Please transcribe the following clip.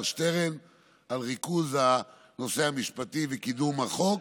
שטרן על ריכוז הנושא המשפטי וקידום החוק.